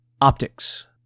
Optics